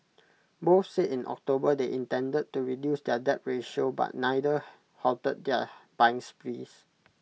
both said in October they intended to reduce their debt ratio but neither halted their buying sprees